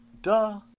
Duh